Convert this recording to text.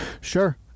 Sure